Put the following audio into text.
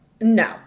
No